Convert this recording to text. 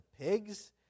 pigs